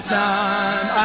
time